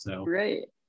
right